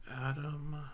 Adam